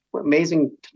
amazing